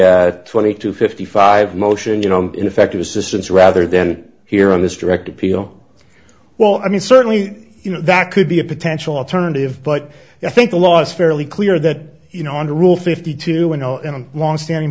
a twenty to fifty five motion you know effective assistance rather than here on this direct appeal well i mean certainly you know that could be a potential alternative but i think the law is fairly clear that you know under rule fifty two and longstanding